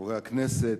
חברי הכנסת,